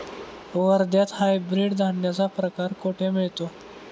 वर्ध्यात हायब्रिड धान्याचा प्रकार कुठे मिळतो?